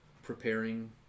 Preparing